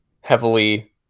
heavily